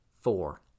four